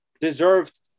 Deserved